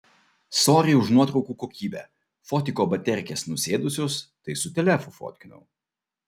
sory už nuotraukų kokybę fotiko baterkės nusėdusios tai su telefu fotkinau